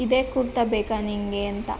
ಇದೇ ಕುರ್ತಾ ಬೇಕಾ ನಿನಗೆ ಅಂತ